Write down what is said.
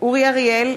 אורי אריאל,